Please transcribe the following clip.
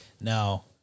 Now